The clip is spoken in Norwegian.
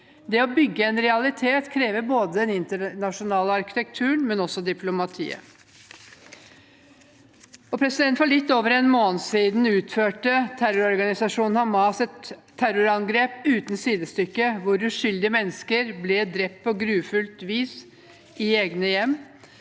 Det å bygge en realitet krever både den internasjonale arkitekturen og også diplomatiet. For litt over en måned siden utførte terrororganisasjonen Hamas et terrorangrep uten sidestykke, hvor uskyldige mennesker ble drept på grufullt vis i egne hjem.